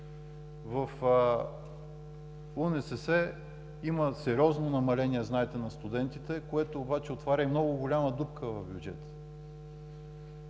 В УНСС има сериозно намаление, знаете, на студентите, което обаче отваря и много голяма дупка в бюджета